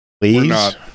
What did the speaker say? please